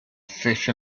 fish